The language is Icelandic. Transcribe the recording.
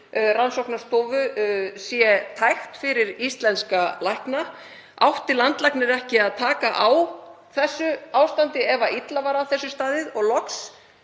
rannsóknarstofu sé tækt fyrir íslenska lækna. Átti landlæknir ekki að taka á þessu ástandi ef illa var að því staðið? Og loks